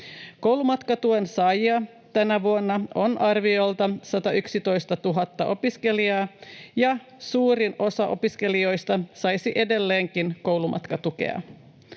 Koulumatkatuen saajia on tänä vuonna arviolta 111 000 opiskelijaa, ja suurin osa opiskelijoista saisi edelleenkin koulumatkatukea.